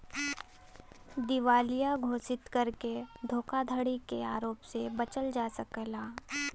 दिवालिया घोषित करके धोखाधड़ी के आरोप से बचल जा सकला